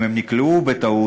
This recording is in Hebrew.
אם הם נקלעו בטעות,